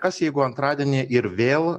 kas jeigu antradienį ir vėl